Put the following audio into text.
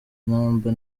intimba